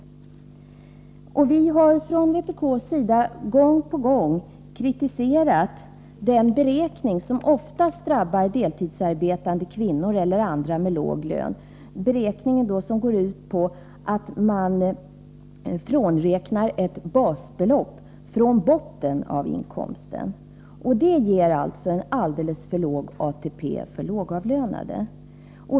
Gång på gång har vi från vpk:s sida kritiserat den beräkning som oftast drabbar deltidsarbetande kvinnor eller andra med låg lön och som går ut på att man frånräknar ett basbelopp från botten av inkomsten. Det ger en alldeles för låg ATP för lågavlönade.